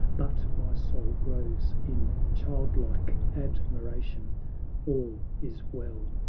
but my soul glows in child-like admiration all is well.